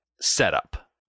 setup